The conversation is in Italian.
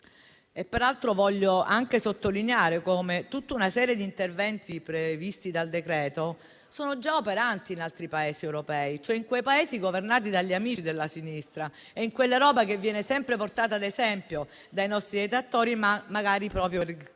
Peraltro, voglio anche sottolineare come tutta una serie di interventi previsti dal decreto siano già operanti in altri Paesi europei, quelli governati dagli amici della sinistra e in quell'Europa che viene sempre portata ad esempio dai nostri detrattori magari proprio per criticare